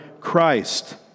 Christ